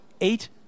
eight